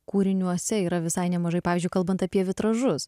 kūriniuose yra visai nemažai pavyzdžiui kalbant apie vitražus